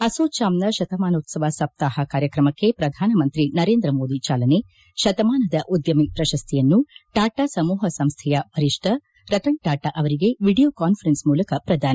ಅಸೋಚಾಂನ ಶತಮಾನೋತ್ಸವ ಸಪ್ತಾಪ ಕಾರ್ಯಕ್ರಮಕ್ಕೆ ಶ್ರಧಾನಮಂತ್ರಿ ನರೇಂದ್ರಮೋದಿ ಚಾಲನೆ ಶತಮಾನದ ಉದ್ದಮಿ ಪ್ರಶಸ್ತಿಯನ್ನು ಟಾಟಾ ಸಮೂಪ ಸಂಸ್ಥೆಯ ವರಿಶ್ಠ ರತನ್ ಟಾಟಾ ಅವರಿಗೆ ವಿಡಿಯೋ ಕಾನ್ಫರೆನ್ಸ್ ಮೂಲಕ ಪ್ರದಾನ